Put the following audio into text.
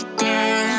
girl